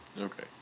okay